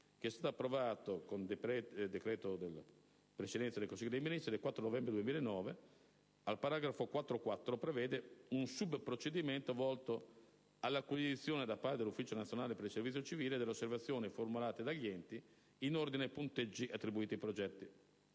stessi», approvato con decreto del Presidente del Consiglio dei ministri del 4 novembre 2009, che, al paragrafo 4.4, prevede un subprocedimento volto all'acquisizione da parte dell'Ufficio nazionale per il servizio civile delle osservazioni, formulate dagli enti, in ordine ai punteggi attribuiti ai progetti.